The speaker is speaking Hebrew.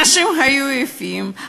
אנשים היו יפים,